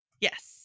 Yes